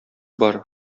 бар